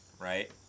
right